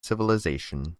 civilisation